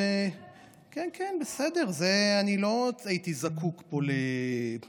כן, כן, בסדר, אני לא הייתי זקוק להמרצות.